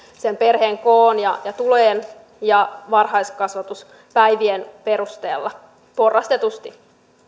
sen perheen koon ja ja tulojen ja varhaiskasvatuspäivien perusteella porrastetusti